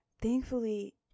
thankfully